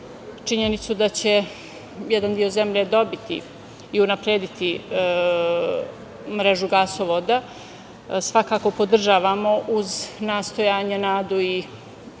činjenicu da će jedan deo zemlje dobiti i unaprediti mrežu gasovoda, svakako podržavamo, uz nastojanje, nadu i potrebu